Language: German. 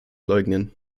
leugnen